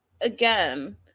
again